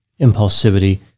impulsivity